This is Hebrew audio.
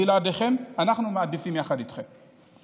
בלעדיכם, אנחנו מעדיפים יחד איתכם.